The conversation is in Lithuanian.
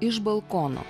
iš balkono